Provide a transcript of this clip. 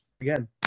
again